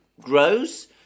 grows